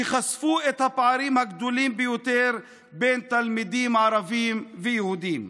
שחשפו את הפערים הגדולים ביותר בין תלמידים ערבים ליהודים.